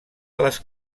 les